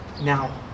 Now